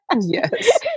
Yes